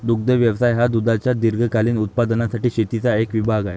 दुग्ध व्यवसाय हा दुधाच्या दीर्घकालीन उत्पादनासाठी शेतीचा एक विभाग आहे